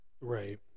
Right